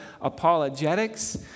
apologetics